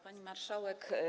Pani Marszałek!